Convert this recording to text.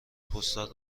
پستال